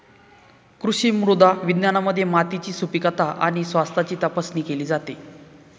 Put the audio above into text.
कृषी मृदा विज्ञानामध्ये मातीची सुपीकता आणि स्वास्थ्याची तपासणी केली जाते